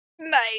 Nice